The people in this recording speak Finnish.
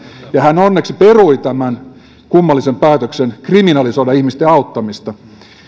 hän onneksi perui kummallisen päätöksen kriminalisoida ihmisten auttamista